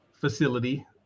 facility